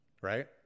Right